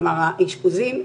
כלומר האשפוזים,